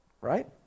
Right